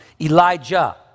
Elijah